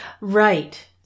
Right